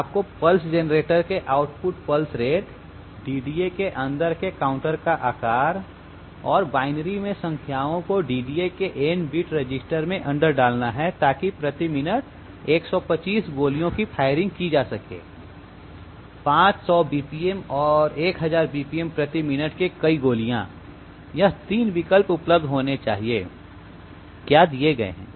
अब आपको pulse generator के आउटपुट पल्स रेट DDA के अंदर के काउंटर का आकार और बायनरी में संख्याओं को DDA के n बीट रजिस्टर में अंदर डालना है ताकि आप प्रति मिनट 125 गोलियों की फायरिंग कर सके 500 bpm और 1000 bpm प्रति मिनट के कई गोलियां यह 3 विकल्प उपलब्ध होने चाहिए क्या दिए गए हैं